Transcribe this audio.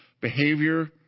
behavior